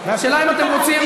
השאלה היא אם אתם רוצים,